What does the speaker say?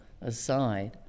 aside